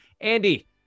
Andy